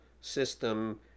system